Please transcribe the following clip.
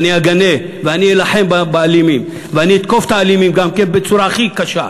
אני אגנה ואני אלחם באלימים ואני אתקוף את האלימים גם כן בצורה הכי קשה,